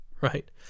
right